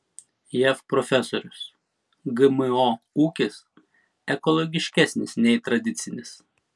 jav profesorius gmo ūkis ekologiškesnis nei tradicinis